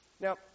Now